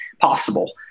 possible